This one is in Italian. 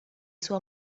sua